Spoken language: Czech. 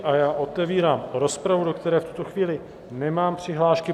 A já otevírám rozpravu, do které v tuto chvíli nemám přihlášky.